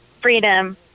freedom